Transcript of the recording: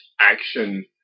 action